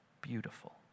beautiful